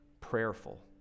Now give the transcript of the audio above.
prayerful